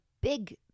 big